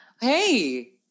Hey